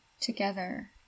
together